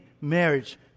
marriage